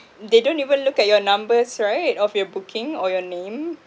they don't even look at your numbers right of your booking or your name